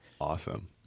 awesome